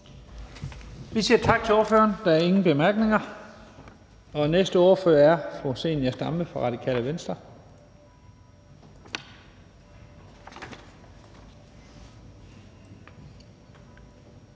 Vi siger tak til ordføreren. Der er ingen korte bemærkninger. Næste ordfører er fru Zenia Stampe fra Radikale Venstre.